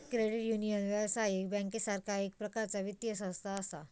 credit union, व्यावसायिक बँकेसारखा एक प्रकारचा वित्तीय संस्था असा